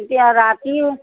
এতিয়া ৰাতি